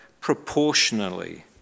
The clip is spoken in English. proportionally